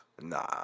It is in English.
Nah